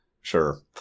Sure